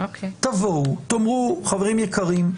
תבואו ותאמרו חברים יקרים,